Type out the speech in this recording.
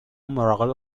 مراقب